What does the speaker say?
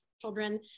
children